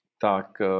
Tak